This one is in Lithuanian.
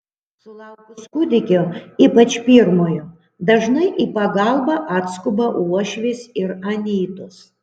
sulaukus kūdikio ypač pirmojo dažnai į pagalbą atskuba uošvės ir anytos